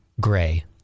Gray